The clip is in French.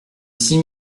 six